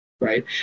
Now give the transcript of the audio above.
right